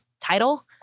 title